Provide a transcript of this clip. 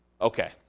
okay